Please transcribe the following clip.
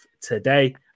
today